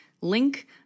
link